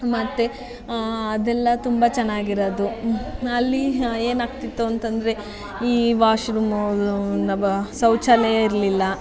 ಮತ್ತು ಅದೆಲ್ಲ ತುಂಬ ಚೆನ್ನಾಗಿರೋದು ಅಲ್ಲಿ ಏನಾಗ್ತಿತ್ತು ಅಂತ ಅಂದರೆ ಈ ವಾಶ್ರೂಮು ಶೌಚಾಲಯ ಇರಲಿಲ್ಲ